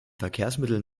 verkehrsmitteln